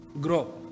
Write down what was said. grow